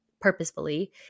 purposefully